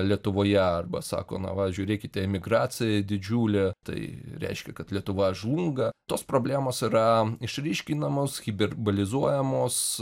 lietuvoje arba sako na va žiūrėkite emigracija didžiulė tai reiškia kad lietuva žlunga tos problemos yra išryškinamos hiperbolizuojamos